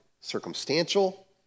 circumstantial